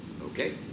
Okay